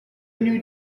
new